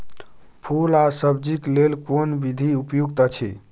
फूल आ सब्जीक लेल कोन विधी उपयुक्त अछि?